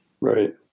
Right